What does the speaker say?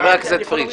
חבר הכנסת פריג',